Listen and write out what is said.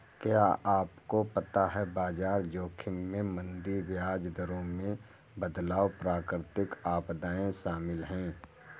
क्या आपको पता है बाजार जोखिम में मंदी, ब्याज दरों में बदलाव, प्राकृतिक आपदाएं शामिल हैं?